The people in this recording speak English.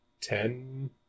ten